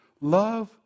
love